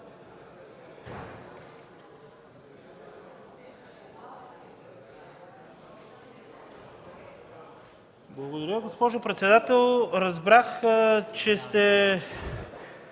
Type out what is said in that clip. Благодаря, госпожо председател. Разбрах, че сте